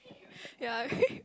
ya